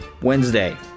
Wednesday